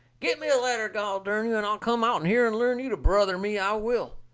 get me a ladder, gol dern you, and i'll come out'n here and learn you to brother me, i will.